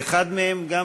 ואחד מהם גם,